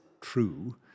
true